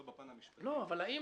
לא בפן המשפטי ולא בפן --- האם